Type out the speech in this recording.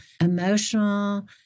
emotional